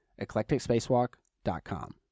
eclecticspacewalk.com